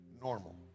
normal